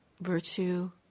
virtue